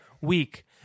week